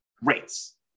rates